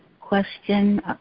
question